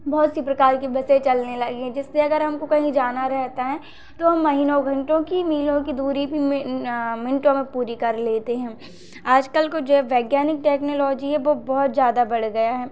बहुत सी प्रकार की बसें चलने लगी हैं जिससे अगर हमको कहीं जाना रहता है तो हम महीनों घंटों की मीलों की दूरी मिनटों में पूरी कर लेते हैं आजकल को जो वैज्ञानिक टेक्नोलॉजी है वो बहुत ज़्यादा बढ़ गया है